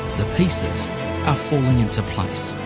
the pieces are falling into place.